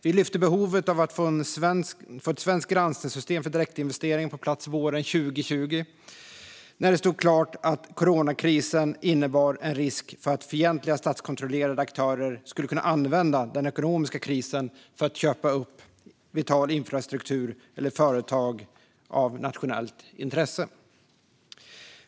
Vi lyfte fram behovet av att få ett svenskt granskningssystem för direktinvesteringar på plats under våren 2020 när det stod klart att coronakrisen innebar en risk för att fientliga statskontrollerade aktörer skulle kunna använda den ekonomiska krisen för att köpa upp vital infrastruktur eller företag av nationellt intresse.